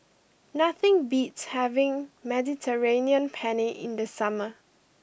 nothing beats having Mediterranean Penne in the summer